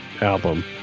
album